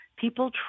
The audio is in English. people